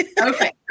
Okay